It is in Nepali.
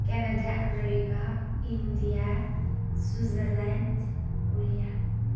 Canada America India Switzerland Korea